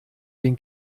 den